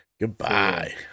Goodbye